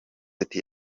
ati